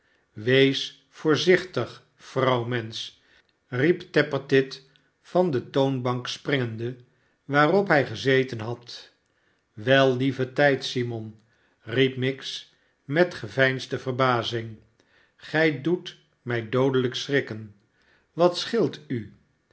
wees voorzichtig vrouwmensch riep tappertit van de toonbank springende waarop hij gezeten had wel lieve tijd simon riep miggs met geveinsde verbazing sgij doet mij doodelijk schrikken wat scheelt u